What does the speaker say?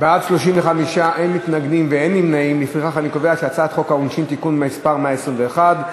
ההצעה להעביר את הצעת חוק העונשין (תיקון מס' 121)